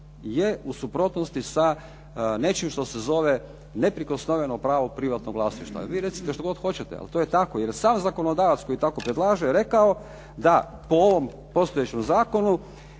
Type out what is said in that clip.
je u suprotnosti sa nečim što se zove neprikosnoveno pravo privatnog vlasništva. Vi recite što god hoćete, ali to je tako jer sam zakonodavac koji tako predlaže je rekao da po ovom postojećem zakonu